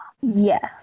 Yes